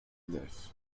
live